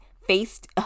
faced